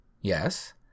Yes